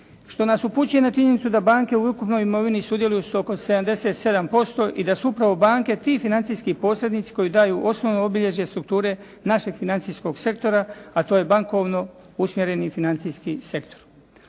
što nas upućuje na činjenicu da banke u ukupnoj imovini sudjeluju s oko 77% i da su upravo banke ti financijski posrednici koji daju osnovno obilježje strukture našeg financijskog sektora, a to je bankovno usmjereni financijski sektor.